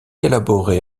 élaboré